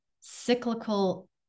cyclical